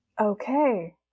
Okay